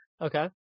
Okay